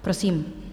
Prosím.